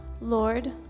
Lord